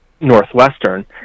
Northwestern